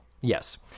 yes